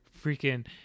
freaking